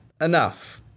enough